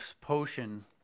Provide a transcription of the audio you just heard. potion